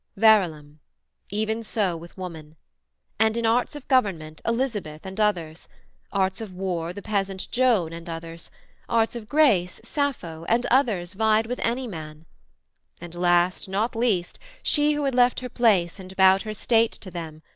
verulam even so with woman and in arts of government elizabeth and others arts of war the peasant joan and others arts of grace sappho and others vied with any man and, last not least, she who had left her place, and bowed her state to them,